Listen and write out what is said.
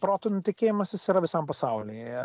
protų nutekėjimas jis yra visam pasaulyje